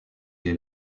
les